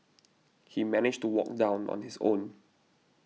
he managed to walk down on his own